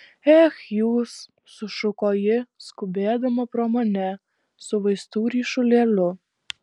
ech jūs sušuko ji skubėdama pro mane su vaistų ryšulėliu